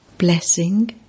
Blessing